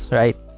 right